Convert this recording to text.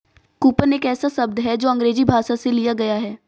coupon एक ऐसा शब्द है जो अंग्रेजी भाषा से लिया गया है